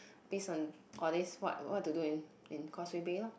base on all this what what to do in in Causeway Bay lorh